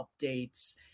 updates